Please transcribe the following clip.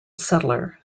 settler